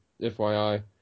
FYI